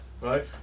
Right